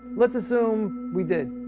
let's assume we did.